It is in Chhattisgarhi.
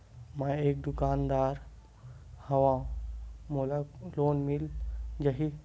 मै एक दुकानदार हवय मोला लोन मिल जाही?